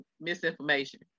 misinformation